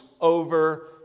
over